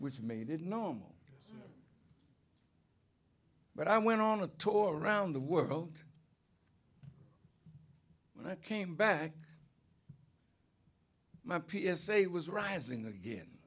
which made it known but i went on a tour around the world when i came back my p s a was rising again